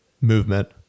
movement